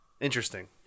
Interesting